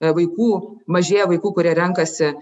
vaikų mažėja vaikų kurie renkasi